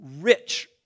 rich